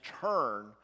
turn